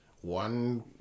one